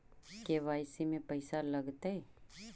KYC में पैसा लगतै?